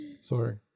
Sorry